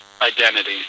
identity